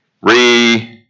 Re